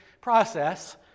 process